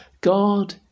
God